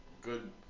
good